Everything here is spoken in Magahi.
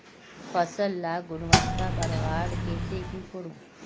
फसल लार गुणवत्ता बढ़वार केते की करूम?